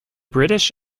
british